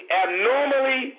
abnormally